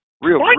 real